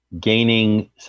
gaining